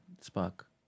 spark